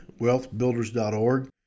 wealthbuilders.org